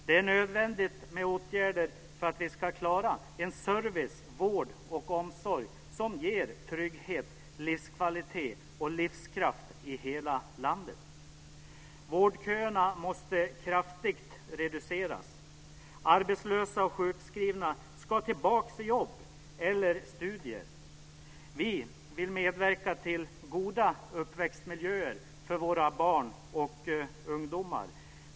Det är nödvändigt med åtgärder om vi ska klara service, vård och omsorg som ger trygghet, livskvalitet och livskraft i hela landet. Vårdköerna måste reduceras kraftigt. Arbetslösa och sjukskrivna ska tillbaks i jobb eller börja studera. Vi vill medverka till goda uppväxtmiljöer för våra barn och ungdomar.